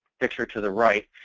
picture to the right,